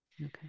Okay